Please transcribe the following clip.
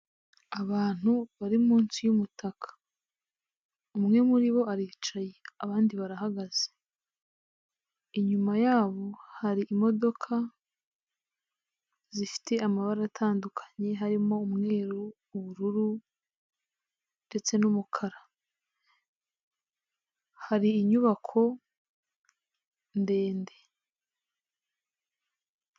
Abantu bari munsi y'umutaka, umwe muri bo aricaye abandi barahagaze, inyuma yabo hari imodoka zifite amabara atandukanye harimo umweru, ubururu ndetse n'umukara hari inyubako ndende.